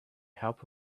help